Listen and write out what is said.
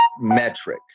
metric